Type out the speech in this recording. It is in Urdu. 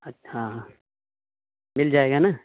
ہاں ہاں مل جائے گا نا